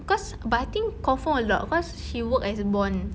cause but I think confirm a lot cause she work as bond